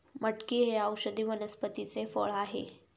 मटकी हे औषधी वनस्पतीचे फळ आहे